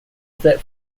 that